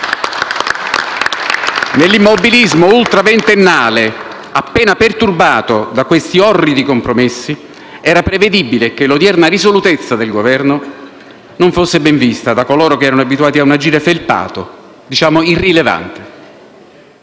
Nell'immobilismo ultraventennale appena perturbato da questi orridi compromessi era prevedibile che l'odierna risolutezza del Governo non fosse ben vista da coloro che erano abituati a un agire felpato o, diciamo, irrilevante.